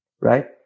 right